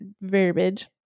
verbiage